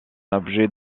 objet